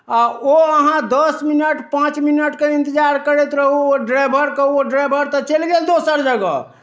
आ ओ अहाँ दस मिनट पाँच मिनटके इन्तजार करैत रहू ओ ड्राइभरके ओ ड्राइभर तऽ चलि गेल दोसर जगह